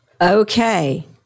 Okay